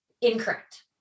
incorrect